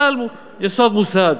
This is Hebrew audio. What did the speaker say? כלל, יסוד מוסד.